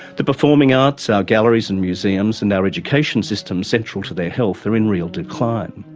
the performing arts, our galleries and museums and our education system central to their health are in real decline.